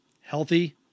Healthy